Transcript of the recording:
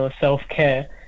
self-care